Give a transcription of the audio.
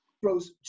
throws